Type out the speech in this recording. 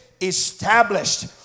established